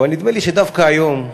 אבל נדמה לי שדווקא היום,